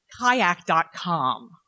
kayak.com